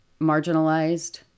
marginalized